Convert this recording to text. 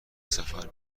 سفر